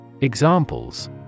Examples